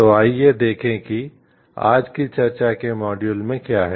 तो आइए देखें कि आज की चर्चा के मॉड्यूल में क्या है